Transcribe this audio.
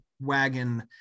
wagon